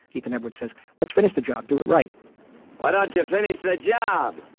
ethan edward says let's finish the job do it right why not just finish the job